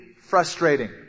frustrating